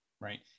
right